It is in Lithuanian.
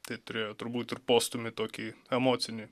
tai turėjo turbūt ir postūmį tokį emocinį